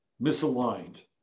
misaligned